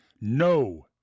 no